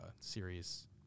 series